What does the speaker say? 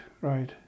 right